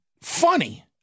funny